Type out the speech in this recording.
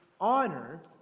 honor